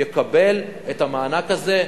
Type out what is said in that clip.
יקבל את המענק הזה,